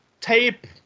tape